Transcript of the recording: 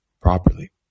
properly